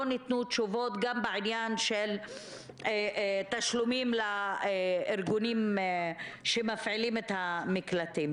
ניתנו תשובות גם בעניין של תשלומים לארגונים שמפעילים את המקלטים.